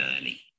early